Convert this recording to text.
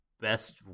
best